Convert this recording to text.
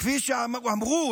כפי שאמרו,